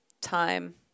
time